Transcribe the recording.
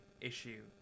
issue